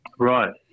Right